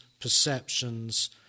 perceptions